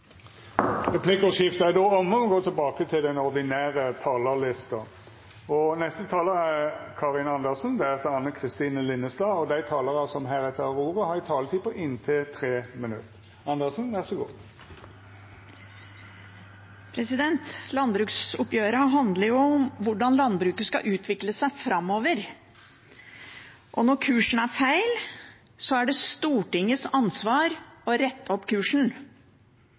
Replikkordskiftet er avslutta. Dei talarane som heretter får ordet, har ei taletid på inntil 3 minutt. Landbruksoppgjørene handler om hvordan landbruket skal utvikle seg framover, og når kursen er feil, er det Stortingets ansvar å rette opp kursen.